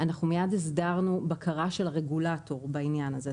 אנחנו מיד הסדרנו בקרה של הרגולטור בעניין הזה.